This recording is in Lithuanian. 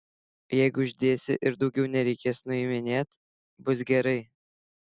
jeigu uždėsi ir daugiau nereikės nuiminėt bus gerai